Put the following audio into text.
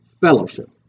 fellowship